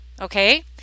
okay